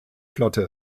flotte